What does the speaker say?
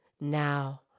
Now